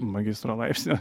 magistro laipsnio